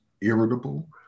irritable